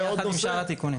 זה נבחן יחד עם שאר התיקונים.